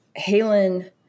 Halen